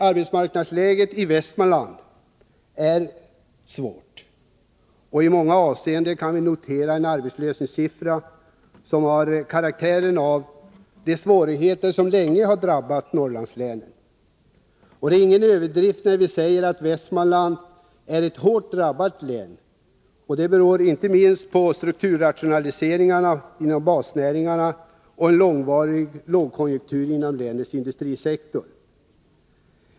Arbetsmarknadssituationen i Västmanland är svår, och i många avseenden kan vi notera en arbetslöshetssiffra som återspeglar svårigheter av den karaktär som länge har drabbat Norrlandslänen. Det är ingen överdrift när vi nu säger att Västmanland är ett hårt drabbat län, inte minst beroende på strukturrationaliseringar inom basnäringarna och på en långvarig lågkonjunktur inom länets industrisektor.